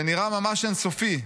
זה נראה ממש אין-סופי.